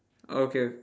okay